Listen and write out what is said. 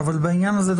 בעניין הזה,